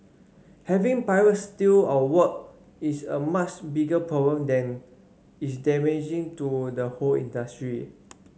having pirates steal our work is a much bigger problem than is damaging to the whole industry